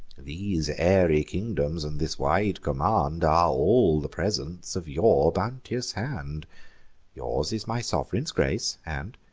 these airy kingdoms, and this wide command, are all the presents of your bounteous hand yours is my sov'reign's grace and,